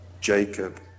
Jacob